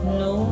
no